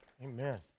Amen